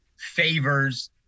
favors